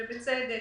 ובצדק,